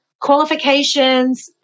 qualifications